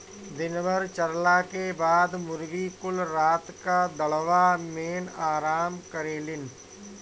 दिन भर चरला के बाद मुर्गी कुल रात क दड़बा मेन आराम करेलिन